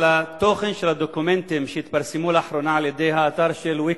על התוכן של הדוקומנטים שהתפרסמו לאחרונה באתר "ויקיליקס".